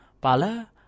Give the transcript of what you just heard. pala